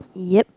yup